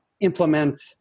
implement